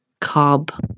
cob